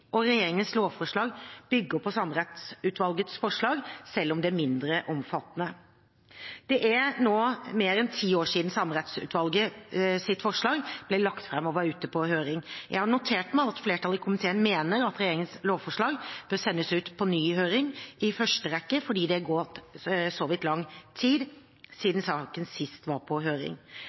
og regjeringens lovforslag bygger på Samerettsutvalgets forslag, selv om det er mindre omfattende. Det er nå mer enn ti år siden Samerettsutvalgets forslag ble lagt fram og var ute på høring. Jeg har notert meg at flertallet i komiteen mener at regjeringens lovforslag bør sendes ut på ny høring, i første rekke fordi det har gått så vidt lang tid siden saken sist var på høring.